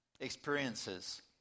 experiences